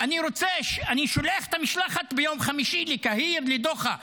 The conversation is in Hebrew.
אני שולח את המשלחת ביום חמישי לקהיר, לדוחה.